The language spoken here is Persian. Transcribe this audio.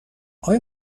آقای